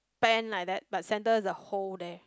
pan like that but center is a hole there